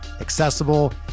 accessible